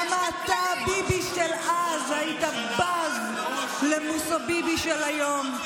כמה אתה, ביבי של אז, היית בז למוסוביבי של היום.